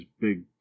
big